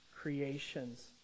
creations